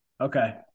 Okay